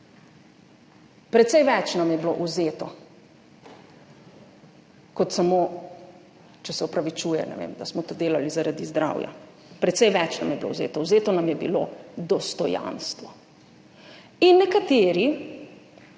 Precej več nam je bilo vzeto kot samo, če se opravičuje, ne vem, da smo to delali zaradi zdravja. Precej več nam je bilo vzeto. Vzeto nam je bilo dostojanstvo. Nekateri